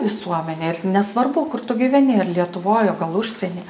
visuomenė ir nesvarbu kur tu gyveni ar lietuvoj o gal užsieny